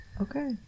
Okay